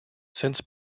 since